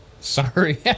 Sorry